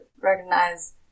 recognize